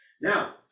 Now